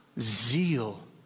zeal